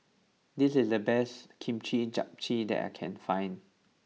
this is the best Kimchi Jjigae that I can find